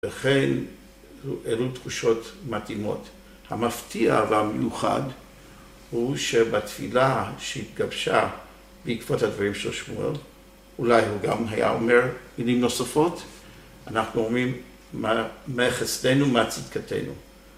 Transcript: וכן אלו תחושות מתאימות, המפתיע והמיוחד הוא שבתפילה שהתגבשה בעקבות הדברים של שמואל אולי הוא גם היה אומר מילים נוספות, אנחנו אומרים מה יחסנו מה צדקתנו